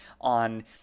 on